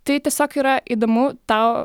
tai tiesiog yra įdomu tau